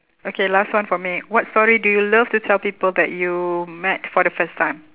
okay last one for me what story do you love to tell people that you met for the first time